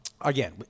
Again